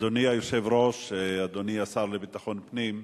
אדוני היושב-ראש, אדוני השר לביטחון פנים,